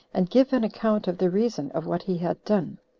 and give an account of the reason of what he had done.